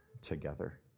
together